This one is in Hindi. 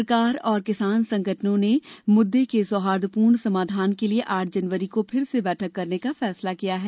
सरकार और किसान संगठनों ने मुद्दे के सौहार्दपूर्ण समाधान के लिए आठ जनवरी को फिर से बैठक करने का फैसला किया है